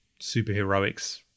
superheroics